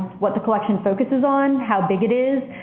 what the collection focuses on, how big it is,